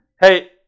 Hey